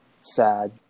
sad